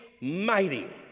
mighty